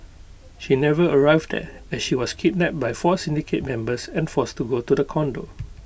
she never arrived there as she was kidnapped by four syndicate members and forced to go to the condo